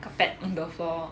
carpet on the floor